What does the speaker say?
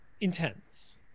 intense